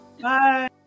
Bye